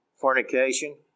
fornication